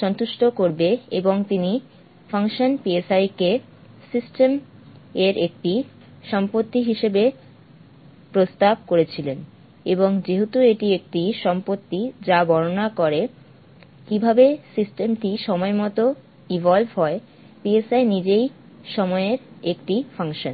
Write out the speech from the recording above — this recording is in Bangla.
সন্তুষ্ট করবে এবং তিনি ফাংশন কে সিস্টেম এর একটি সম্পত্তি হিসাবে প্রস্তাব করেছিলেন এবং যেহেতু এটি একটি সম্পত্তি যা বর্ণনা করে কীভাবে সিস্টেম টি সময়মতো এভল্ভ হয় নিজেই সময়ের একটি ফাংশন